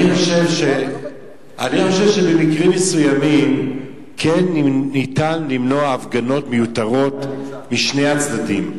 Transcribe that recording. אני חושב שבמקרים מסוימים כן ניתן למנוע הפגנות מיותרות משני הצדדים.